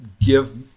give